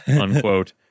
unquote